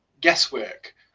guesswork